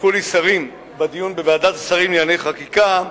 דיווחו לי שרים שבדיון בוועדת שרים לענייני חקיקה,